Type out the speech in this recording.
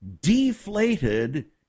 deflated